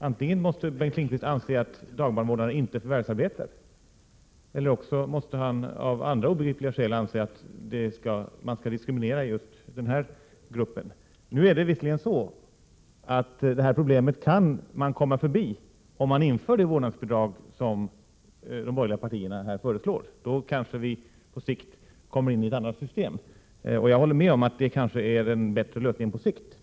Antingen måste Bengt Lindqvist anse att dagbarnvårdarna inte förvärvsarbetar eller måste han av andra obegripliga skäl anse att man skall diskriminera just denna grupp. Det är visserligen så att man kan komma förbi detta problem, om man inför det vårdnadsbidrag som de borgerliga partierna föreslår. Då kommer vi så småningom in i ett annat system, och jag håller med om att det kanske är på sikt den bättre lösningen.